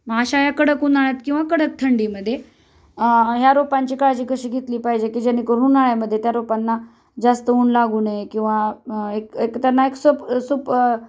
मग अशा या कडक उन्हाळ्यात किंवा कडक थंडीमध्ये ह्या रोपांची काळजी कशी घेतली पाहिजे की जेणेकरून उन्हाळ्यामध्ये त्या रोपांना जास्त ऊन लागू नये किंवा एक एक त्यांना एक सप सुप